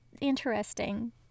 interesting